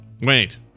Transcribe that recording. Wait